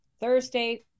Thursday